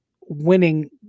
winning